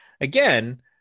again